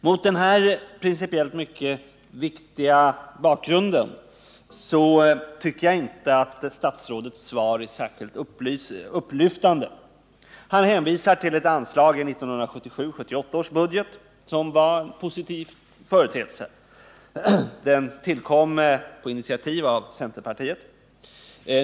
Mot den här principiellt mycket viktiga bakgrunden tycker jag inte att statsrådets svar är särskilt upplyftande. Han hänvisade till ett anslag i 1977/78 års budget, som var en positiv företeelse. Det tillkom på initiativ av centerpartiet.